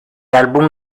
álbum